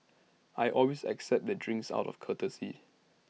I always accept the drinks out of courtesy